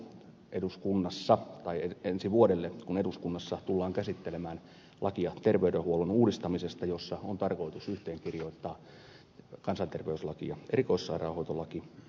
eduskunnassa on ensi vuodelle kun eduskunnassa tullaan käsittelemään lakia terveydenhuollon uudistamisesta jossa on tarkoitus yhteenkirjoittaa kansanterveyslaki ja erikoissairaanhoitolaki